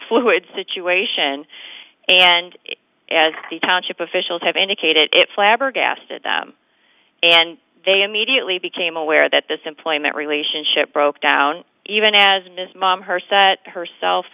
fluid situation and as the township officials have indicated it flabbergasted and they immediately became aware that this employment relationship broke down even as ms mom her set herself